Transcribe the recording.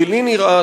ולי נראה,